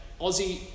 Aussie